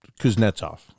Kuznetsov